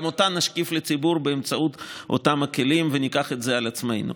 גם אותה נשקף לציבור באמצעות אותם הכלים וניקח את זה על עצמנו.